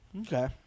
Okay